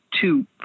two